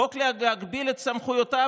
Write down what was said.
חוק להגביל את סמכויותיו?